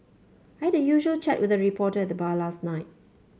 had a usual chat with a reporter at the bar last night